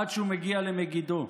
עד שהוא מגיע למגידו,